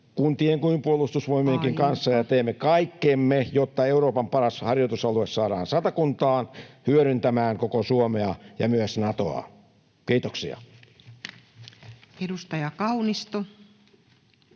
kuntien kuin Puolustusvoimienkin kanssa [Puhemies: Aika!] ja teemme kaikkemme, jotta Euroopan paras harjoitusalue saadaan Satakuntaan hyödyntämään koko Suomea ja myös Natoa. — Kiitoksia.